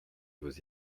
vos